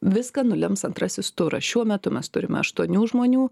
viską nulems antrasis turas šiuo metu mes turime aštuonių žmonių